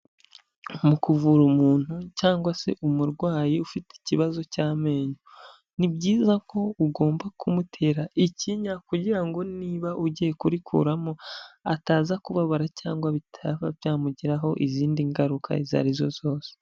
Mu kuvura umuntu cyangwa se umurwayi ufite ikibazo cy'amenyo, ni byiza ko ugomba kumutera ikinya kugira ngo niba ugiye kurikuramo ataza kubabara cyangwa bitaba byamugiraho izindi ngaruka izo arizo zose.